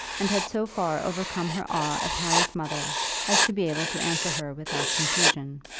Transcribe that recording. and had so far overcome her awe of harry's mother as to be able to answer her without confusion.